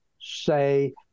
say